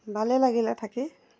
ভালেই লাগিল থাকি